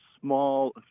small